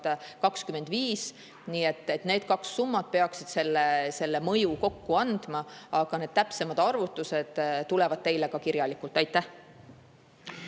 2025. Nii et need kaks summat peaksid selle mõju kokku andma, aga täpsemad arvutused tulevad teile kirjalikult. Aitäh!